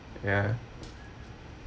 ya